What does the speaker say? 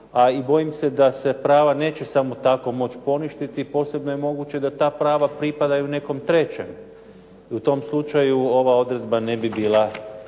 a i bojim se da se prava neće samo tako moći poništiti. Posebno je moguće da ta prava pripadaju nekom trećem i u tom slučaju ova odredba ne bi bila